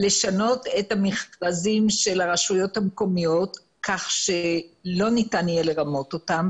לשנות את המכרזים של הרשויות המקומיות כך שלא ניתן יהיה לרמות אותן,